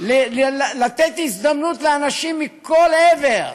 למתן הזדמנות לאנשים מכל עבר,